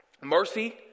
mercy